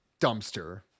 dumpster